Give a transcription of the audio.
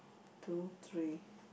two three